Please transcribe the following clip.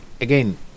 again